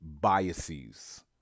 biases